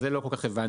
את זה לא כל כך הבנתי.